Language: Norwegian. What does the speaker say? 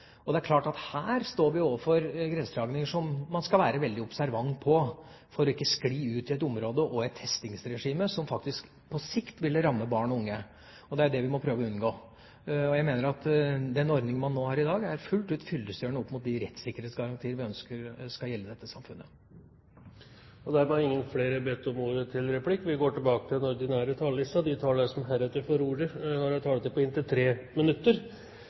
testopplegget. Det er klart at her står vi overfor grensedragninger som man skal være veldig observant på for ikke å skli ut i et område og et testingsregime som faktisk på sikt ville ramme barn og unge. Det må vi prøve å unngå. Jeg mener den ordningen man har i dag, er fullt ut fyllestgjørende opp mot de rettssikkerhetsgarantier vi ønsker skal gjelde i dette samfunnet. Replikkordskiftet er omme. De talere som heretter får ordet, har en taletid på inntil 3 minutter.